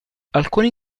alcuni